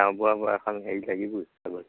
গাঁওবুঢ়াৰপৰা এখন হৰি লাগিবই কাগজ